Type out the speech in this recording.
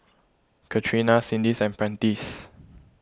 Catrina and Prentiss